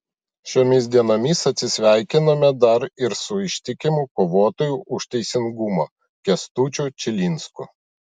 šiomis dienomis atsisveikinome dar ir su ištikimu kovotoju už teisingumą kęstučiu čilinsku